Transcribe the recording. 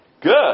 good